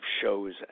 shows